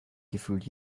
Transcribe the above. gefühlt